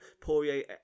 Poirier